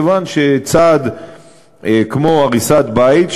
כיוון שצעד כמו הריסת בית,